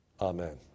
Amen